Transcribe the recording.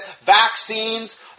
Vaccines